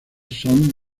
son